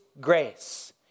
grace